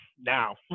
now